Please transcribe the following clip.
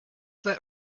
that